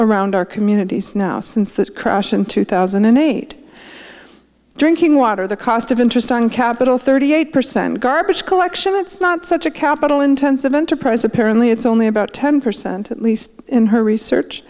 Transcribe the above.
around our communities now since that crash in two thousand and eight drinking water the cost of interest on capital thirty eight percent garbage collection it's not such a capital intensive enterprise apparently it's only about ten percent at least in her research